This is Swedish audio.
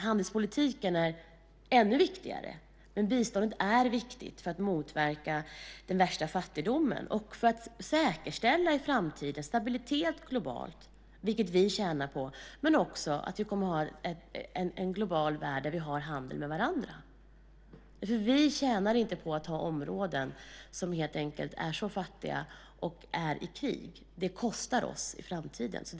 Handelspolitiken är ännu viktigare, men biståndet är viktigt för att motverka den värsta fattigdomen och för att säkerställa global stabilitet i framtiden där vi kommer ha en global värld där vi har handel med varandra, vilket vi tjänar på. Vi tjänar inte på att ha områden som är fattiga och befinner sig i krig. Det kostar oss i framtiden.